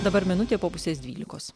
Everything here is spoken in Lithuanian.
dabar minutė po pusės dvylikos